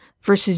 versus